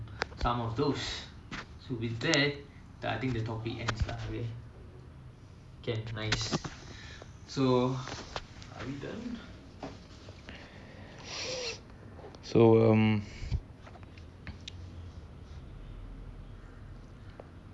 often recite this a lot it goes like this பெண்ணைநம்பிபிறந்தபோதேதொப்புள்கொடிகள்அறுபடுமேமண்ணைநம்பும்மாமரம்ஒருநாள்மாபெரும்புயலெனவேறெழுமே:pennai nambi pirantha pothe thoppul kodikal arupadume mannai nambum mamaram orunal maperum puyalena veruzhume